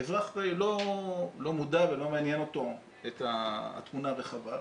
האזרח לא מודע ולא מעניין אותו התמונה הרחבה,